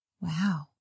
Wow